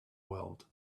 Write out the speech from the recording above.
world